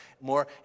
more